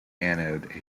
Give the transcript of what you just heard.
anode